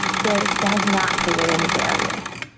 so and it does not create any barriers.